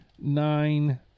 nine